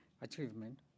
Achievement